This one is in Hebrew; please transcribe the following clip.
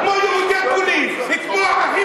כמו יהודי מרוקו, כמו יהודי